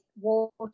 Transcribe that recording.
water